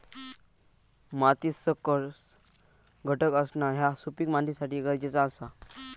मातीत सकस घटक असणा ह्या सुपीक मातीसाठी गरजेचा आसा